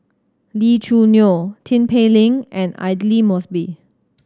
Lee Choo Neo Tin Pei Ling and Aidli Mosbit